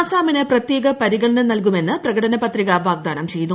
ആസാമിന് പ്രത്യേക പരിഗണന നൽകും എന്ന് പ്രകടന പത്രിക വാഗ്ദാനം ചെയ്യുന്നു